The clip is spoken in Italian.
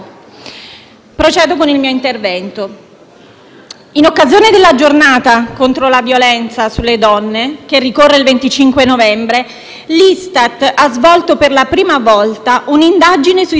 In occasione della giornata contro la violenza sulle donne, che ricorre il 25 novembre, l'ISTAT ha svolto per la prima volta un'indagine sui servizi offerti dai centri antiviolenza in Italia.